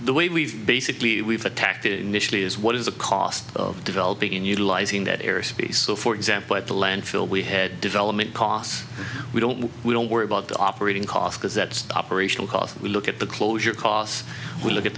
the way we've basically we've attacked initially is what is the cost of developing in utilising that airspace so for example at the landfill we had development costs we don't we don't worry about the operating cost because that operational cost we look at the closure costs we look at